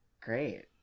great